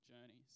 journeys